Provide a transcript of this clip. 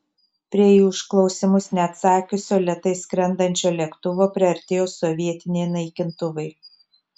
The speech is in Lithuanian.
prie į užklausimus neatsakiusio lėtai skrendančio lėktuvo priartėjo sovietiniai naikintuvai